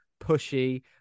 pushy